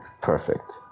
perfect